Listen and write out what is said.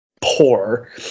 poor